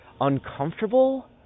uncomfortable